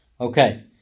Okay